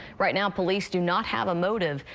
right now police do not have a motive.